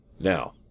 Now